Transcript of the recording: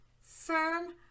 firm